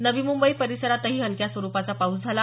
नवी मुंबई परिसरातही हलक्या स्वरुपाचा पाऊस झाला